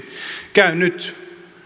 käyn nyt